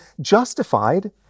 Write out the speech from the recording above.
justified